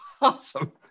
Awesome